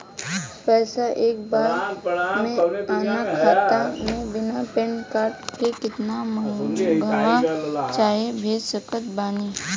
पैसा एक बार मे आना खाता मे बिना पैन कार्ड के केतना मँगवा चाहे भेज सकत बानी?